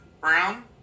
Brown